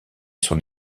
son